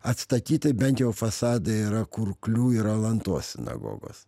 atstatyti bent jau fasadai yra kurklių ir alantos sinagogos